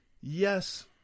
Yes